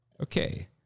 Okay